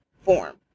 form